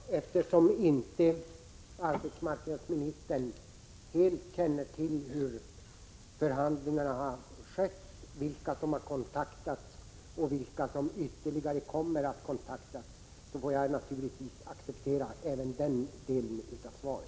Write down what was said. Herr talman! Eftersom arbetsmarknadsministern inte helt känner till hur förhandlingarna har skett, vilka som har kontaktats och vilka som ytterligare kommer att kontaktas, får jag naturligtvis acceptera även den delen av svaret.